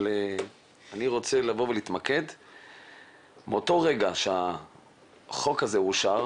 אבל אני רוצה להתמקד באותו רגע שהחוק הזה אושר